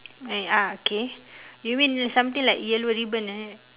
eh ah K you mean something like yellow ribbon like that